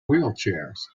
wheelchairs